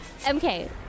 MK